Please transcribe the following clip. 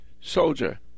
soldier